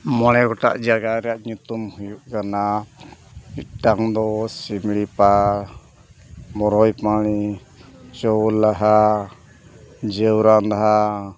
ᱢᱚᱬᱮ ᱜᱚᱴᱟᱝ ᱡᱟᱭᱜᱟ ᱨᱮᱭᱟᱜ ᱧᱩᱛᱩᱢ ᱦᱩᱭᱩᱜ ᱠᱟᱱᱟ ᱢᱤᱫᱴᱟᱱ ᱫᱚ ᱥᱤᱢᱲᱤᱯᱟᱲ ᱵᱚᱨᱳᱭ ᱯᱟᱲᱤ ᱪᱳ ᱞᱟᱦᱟ ᱡᱳ ᱵᱟᱸᱫᱷᱟ